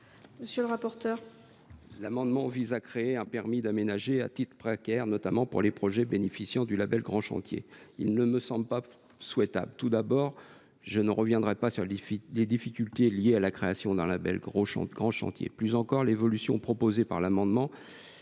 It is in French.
monsieur le rapporteur,